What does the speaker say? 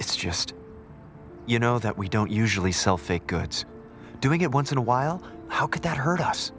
it's just you know that we don't usually sell fake goods doing it once in a while how could that hurt us